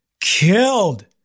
Killed